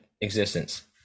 existence